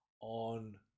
on